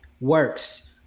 works